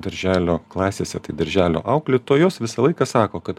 darželio klasėse tai darželio auklėtojos visą laiką sako kad